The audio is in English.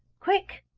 quick!